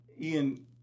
Ian